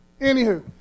anywho